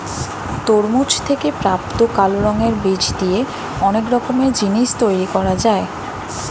তরমুজ থেকে প্রাপ্ত কালো রঙের বীজ দিয়ে অনেক রকমের জিনিস তৈরি করা যায়